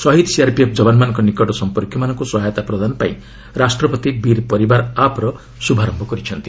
ଶହୀଦ୍ ସିଆର୍ପିଏଫ୍ ଯବାନମାନଙ୍କ ନିକଟ ସମ୍ପର୍କୀୟମାନଙ୍କୁ ସହାୟତା ପ୍ରଦାନ ପାଇଁ ରାଷ୍ଟ୍ରପତି ବୀର୍ ପରିବାର ଆପ୍ର ଶୁଭାରମ୍ଭ କରିଛନ୍ତି